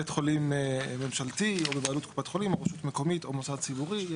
בית חולים ממשלתי או בבעלות קופת חולים או רשות מקומית או מוסד ציבורי.